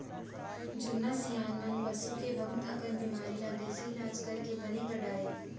जुन्ना सियान मन पसू के बहुत अकन बेमारी ल देसी इलाज करके बने कर डारय